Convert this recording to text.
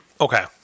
okay